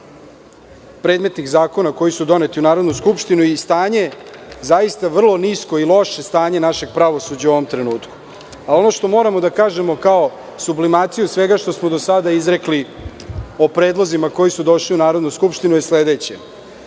predmetnih zakona koji su doneti u Narodnu skupštinu i stanje je vrlo nisko i loše stanje našeg pravosuđa u ovom trenutku. Ono što moramo da kažemo kao sublimaciju svega što smo do sada izrekli o predlozima koji su došli u Narodnu skupštinu je sledeće